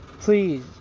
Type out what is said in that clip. please